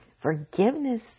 Forgiveness